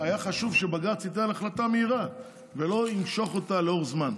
היה חשוב שבג"ץ ייתן החלטה מהירה ולא ימשוך אותה לאורך זמן.